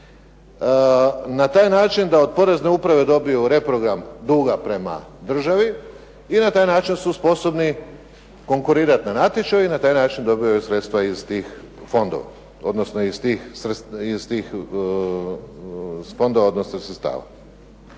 na taj način da od Porezne uprave dobiju reprogram duga prema državi i na taj način su sposobni konkurirati na natječaju i na taj način dobivaju sredstva iz tih fondova, odnosno iz tih fondova, odnosno sredstava.